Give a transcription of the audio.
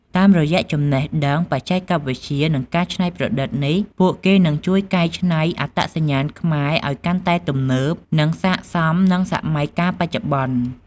តាមរយៈចំណេះដឹង បច្ចេកវិទ្យា និងការច្នៃប្រឌិតនេះ ពួកគេនឹងជួយកែច្នៃអត្តសញ្ញាណខ្មែរឲ្យកាន់តែទំនើប និងស័ក្តិសមនឹងសម័យកាលបច្ចុប្បន្ន។